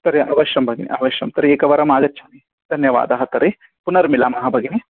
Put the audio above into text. तर्हि अवश्यं भगिनी अवश्यं तर्हि एकवारम् आगच्छामि धन्यवादः तर्हि पुनर्मिलामः भगिनी